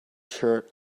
shirt